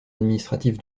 administratif